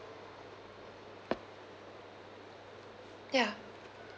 ya